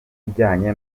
ijyanye